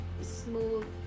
smooth